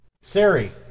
Siri